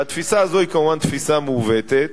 והתפיסה הזאת היא כמובן תפיסה מעוותת.